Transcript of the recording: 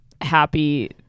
happy